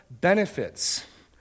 benefits